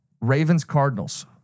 Ravens-Cardinals